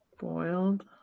Boiled